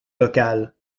local